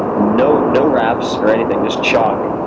ah no no wraps or anything, just chalk,